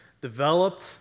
developed